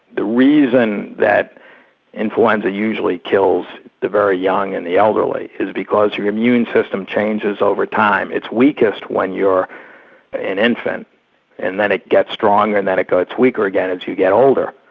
the reason that influenza usually kills the very young and the elderly is because your immune system changes over time. it's weakest when you're an infant and then it gets stronger and then it gets weaker again as you get older.